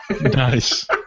Nice